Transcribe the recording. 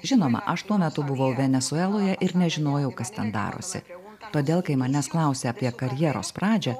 žinoma aš tuo metu buvau venesueloje ir nežinojau kas ten darosi todėl kai manęs klausia apie karjeros pradžią